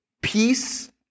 peace